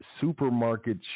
supermarket